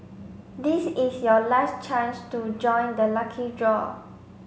this is your last chance to join the lucky draw